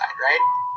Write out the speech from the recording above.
right